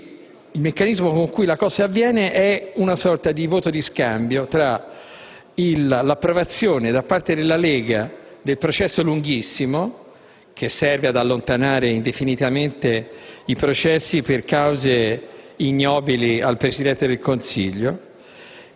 il meccanismo con cui la cosa avviene è una sorta di voto di scambio tra l'approvazione da parte della Lega del «processo lunghissimo» che serve ad allontanare indefinitamente i processi al Presidente del Consiglio,